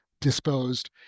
disposed